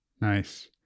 Nice